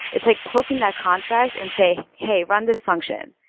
it's like poking that contract and say, hey, run this function.